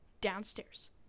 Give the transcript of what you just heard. Downstairs